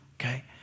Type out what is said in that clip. Okay